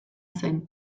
zen